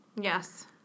Yes